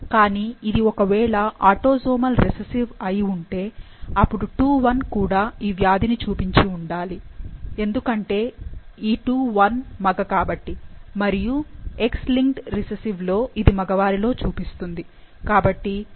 కానీ ఇది ఒకవేళ ఆటోసోమల్ రిసెసివ్ అయి ఉంటే అప్పుడు II 1 కూడా ఈ వ్యాధిని చూపించి ఉండాలి ఎందుకంటే ఈ II 1 మగ కాబట్టి మరియు X లింక్డ్ రిసెసివ్ లో ఇది మగవారిలో చూపిస్తుంది